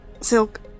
Silk